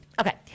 okay